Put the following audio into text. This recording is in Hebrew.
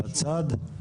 בצד?